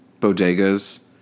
bodegas